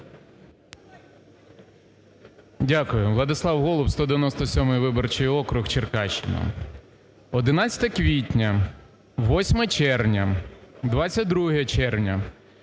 Дякую. Владислав Голуб, 197-й виборчий округ, Черкащина. 11 квітня, 8 червня, 22 червня.